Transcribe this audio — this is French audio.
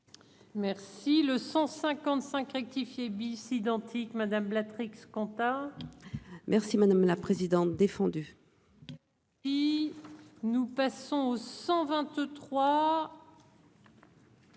Merci le 155 rectifié bis identique madame Blatter ex-. Merci madame la présidente, défendu. Et il nous passons au 123.